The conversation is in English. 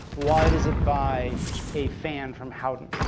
what does it by a fan from howden?